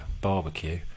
barbecue